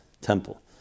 temple